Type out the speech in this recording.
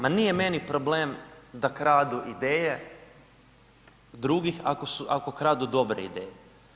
Ma nije meni problem da kradu ideje drugih ako kradu dobre ideje.